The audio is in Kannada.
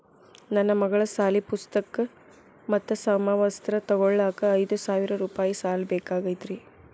ನನ್ನ ಮಗಳ ಸಾಲಿ ಪುಸ್ತಕ್ ಮತ್ತ ಸಮವಸ್ತ್ರ ತೊಗೋಳಾಕ್ ಐದು ಸಾವಿರ ರೂಪಾಯಿ ಸಾಲ ಬೇಕಾಗೈತ್ರಿ